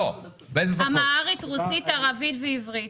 אמהרית, רוסית, ערבית ועברית.